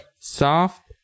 Soft